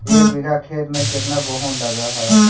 एक बिघा खेत में केतना गेहूं लग है?